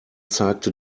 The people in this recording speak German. zeigte